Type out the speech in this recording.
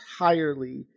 entirely